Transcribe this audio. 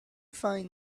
find